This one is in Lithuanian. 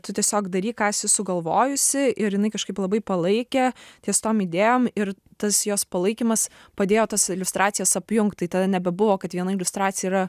tu tiesiog daryk ką esi sugalvojusi ir jinai kažkaip labai palaikė ties tom idėjom ir tas jos palaikymas padėjo tas iliustracijas apjungt tai tada nebebuvo kad viena iliustracija yra